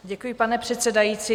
Děkuji, pane předsedající.